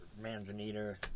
Manzanita